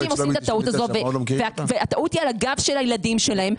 הטעות היא על הגב של הילדים שלהם,